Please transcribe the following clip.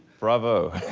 bravo.